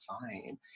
fine